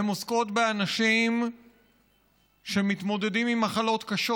הן עוסקות באנשים שמתמודדים עם מחלות קשות.